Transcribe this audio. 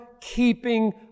keeping